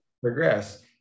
progress